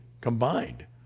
Combined